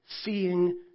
seeing